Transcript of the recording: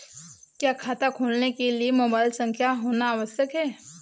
क्या खाता खोलने के लिए मोबाइल संख्या होना आवश्यक है?